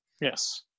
Yes